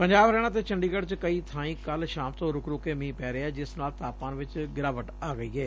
ਪੰਜਾਬ ਹਰਿਆਣਾ ਅਤੇ ਚੰਡੀਗੜ ਚ ਕਈ ਬਾਈਂ ਕੱਲ ਸ਼ਾਮ ਤੋ ਰੁਕ ਰੁਕ ਕੇ ਮੀਂਹ ਪੈ ਰਿਹੈ ਜਿਸ ਨਾਲ ਤਾਪਮਾਨ ਵਿਚ ਗਿਰਾਵਟ ਆ ਗਈ ਏ